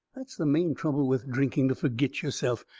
that's the main trouble with drinking to fergit yourself.